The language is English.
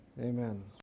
Amen